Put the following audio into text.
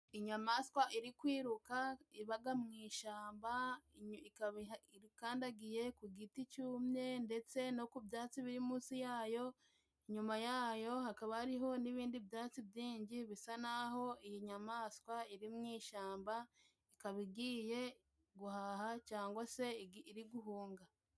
Inyamaswa iri kwiruka ibaga mu ishamba, ikaba ikandagiye ku giti cyumye ndetse no ku byatsi biri munsi yayo, inyuma yayo hakaba hariho n'ibindi byatsi byinji bisa n'aho iyi nyamaswa iri mu ishyamba ikaba igiye guhaha cyangwa se iri guhunga.